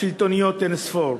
שלטוניות אין-ספור.